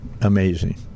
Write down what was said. amazing